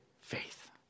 faith